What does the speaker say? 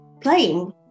playing